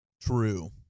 true